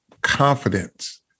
confidence